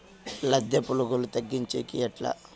లద్దె పులుగులు తగ్గించేకి ఎట్లా?